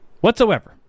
whatsoever